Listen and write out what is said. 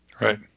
Right